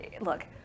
look